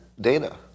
data